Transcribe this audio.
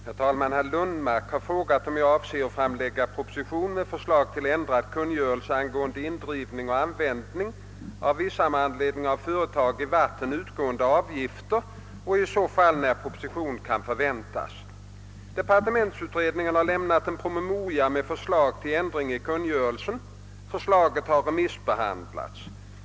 Herr talman! Herr Lundmark har frågat om jag avser att framlägga proposition med förslag till ändrad kungörelse angående indrivningen och användningen av vissa med anledning av företag i vatten utgående avgifter och i så fall när propositionen kan förväntas. Departementsutredningen har lämnat en PM med förslag till ändring i kungörelsen. Förslaget har remissbehandlats.